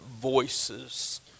voices